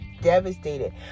devastated